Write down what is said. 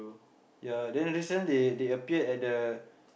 ya then this time they they appeared at the